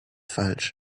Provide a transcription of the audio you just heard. falsch